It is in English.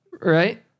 right